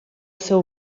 seu